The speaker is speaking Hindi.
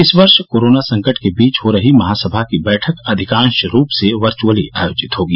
इस वर्ष कोरोना संकट के बीच हो रही महासभा की बैठक अधिकांश रूप से वर्च्अली आयोजित होगी